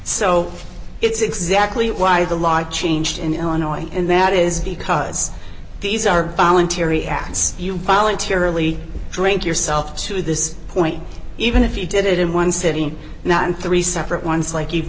so it's exactly why the law changed in illinois and that is because these are voluntary acts you voluntarily drink yourself to this point even if you did it in one sitting not in three separate ones like you've